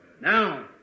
Now